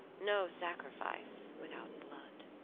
no sacrifice without blood.